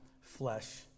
flesh